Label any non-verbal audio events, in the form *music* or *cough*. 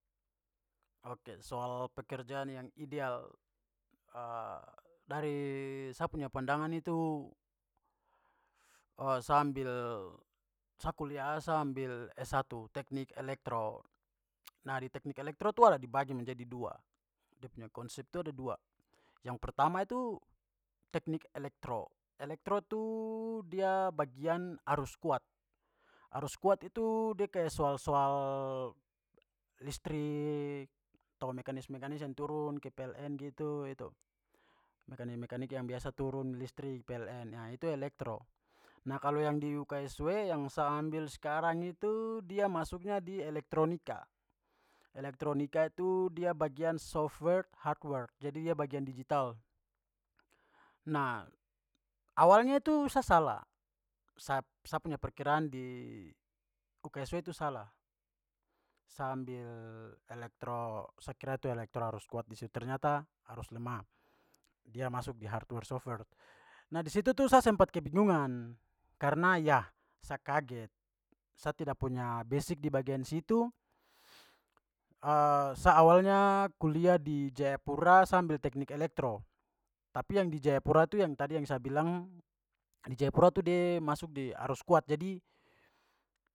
Ok, soal pekerjaan yang ideal. *hesitation* dari sa punya pandangan itu sa ambil- sa kuliah sa ambil s satu teknik elektro. *noise* nah, di teknik elektro tu ada dibagi menjadi dua, dia punya konsep tu ada dua, yang pertama itu teknik elektro. Elektro tu dia bagian arus kuat. Arus kuat itu de kayak soal-soal listrik. Tahu mekanis-mekanis yang turun ke PLN gitu, itu. Mekanik-mekanik yang biasa turun listrik pln, nah, itu elektro. Nah, kalau yang di UKSW yang sa ambil sekarang itu dia masuknya di elektronika, elektronika itu dia bagian softwork hardwork, jadi dia bagian digital. Nah, awalnya tu sa salah. Sa punya perkiraan di UKSW itu salah. Sa ambil elektro sa kira itu elektro arus kuat di situ ternyata arus lemah, dia masuk di hardwork softwork. Nah, di situ tu sa sempat kebingungan karena, ya, sa kaget, sa tidak punya basic di bagian situ. *noise* *hesitation* sa awalnya kuliah di jayapura sa ambil teknik elektro, tapi yang di jayapura tu yang tadi yang sa bilang di jayapura tu de masuk di arus kuat, jadi.